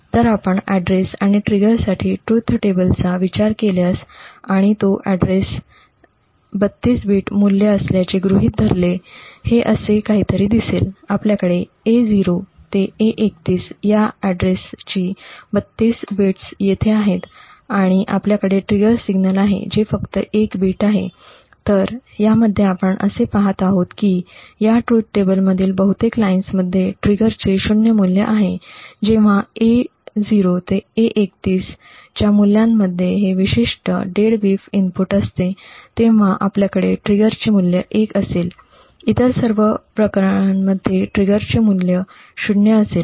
तर आपण ऍड्रेस आणि ट्रिगरसाठी ट्रुथ टेबलचा विचार केल्यास आणि तो ऍड्रेस 32 बिट मूल्य असल्याचे गृहीत धरले हे असे काहीतरी दिसेल आपल्याकडे A0 ते A31 या ऍड्रेसची '32' बिट्स येथे आहेत आणि आपल्याकडे ट्रिगर सिग्नल आहे जे फक्त एक बिट आहे तर यामध्ये आपण असे पहात आहोत की या ट्रुथ टेबल मधील बहुतेक लाईन्समध्ये ट्रिगरचे '0' मूल्य असते जेव्हा 'A0' ते 'A31' च्या मूल्यांमध्ये हे विशिष्ट '0xDEADBEEF' इनपुट असते तेव्हा आपल्याकडे ट्रिगरचे मूल्य '1' असेल इतर सर्व प्रकरणांमध्ये ट्रिगरचे मूल्य '0' असेल